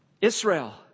Israel